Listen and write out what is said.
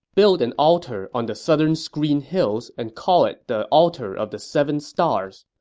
build an altar on the southern screen hills and call it the altar of the seven stars.